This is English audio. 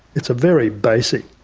it's a very basic,